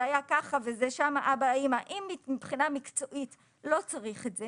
היה ככה אם מבחינה מקצועית לא צריך את זה